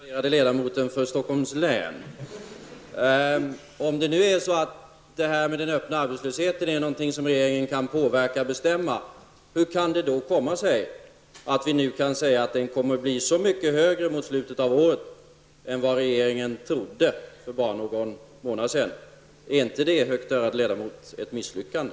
Herr talman! Får jag då fråga den högt värderade ledamoten för Stockholms län: Om nu den öppna arbetslösheten är någonting som regeringen kan påverka och bestämma över, hur kan det då komma sig att vi nu kan säga att den kommer att bli så mycket högre i slutet av året än vad regeringen trodde för bara någon månad sedan? Är inte det, högt ärade ledamot, ett misslyckande?